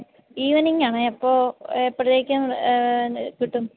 ഈവനിങ്ങാണെ എപ്പോൾ എപ്പോഴേക്കു കിട്ടും